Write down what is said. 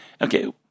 Okay